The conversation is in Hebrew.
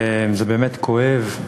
זה באמת כואב.